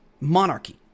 monarchy